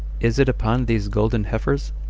is it upon these golden heifers,